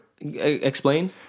Explain